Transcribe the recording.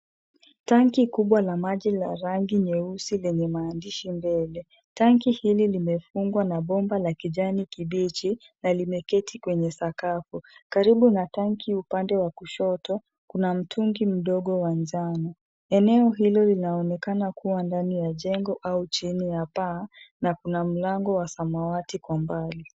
Tanki kubwa la maji la rangi nyeusi lenye maandishi mbele. Tanki hili limefungwa na bomba la kijani kibichi na limeketi kwenye sakafu. Karibu na tanki upande wa kushoto kuna mtungi mdogo wa njano. Eneo hilo linaonekana kuwa ndani ya jengo au chini ya paa na kuna mlango wa samawati kwa mbali.